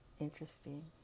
interesting